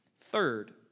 Third